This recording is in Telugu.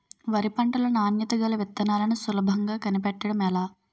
వరి పంట లో నాణ్యత గల విత్తనాలను సులభంగా కనిపెట్టడం ఎలా?